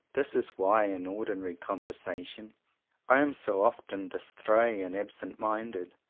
this is why in ordinary conversation i am so often distrait and absent-minded,